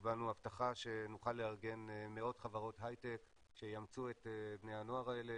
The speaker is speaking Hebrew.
קיבלנו הבטחה שנוכל לארגן מאות חברות הייטק שיאמצו את בני הנוער האלה,